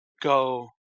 go